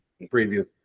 preview